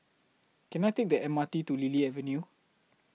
Can I Take The M R T to Lily Avenue